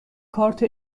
کارت